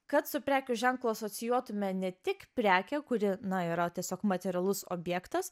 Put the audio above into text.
kad su prekių ženklu asocijuotume ne tik prekę kuri na yra tiesiog materialus objektas